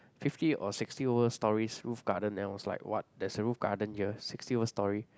fifty or sixty over stories roof garden and I was like what there's a roof garden here sixty over story